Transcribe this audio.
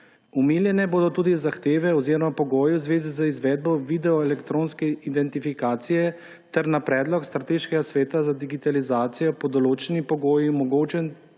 Omejene bodo tudi zahteve oziroma pogoji v zvezi z izvedbo video elektronske identifikacije ter na predlog Strateškega sveta za digitalizacijo pod določenimi pogoji omogočen